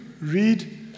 read